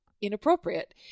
inappropriate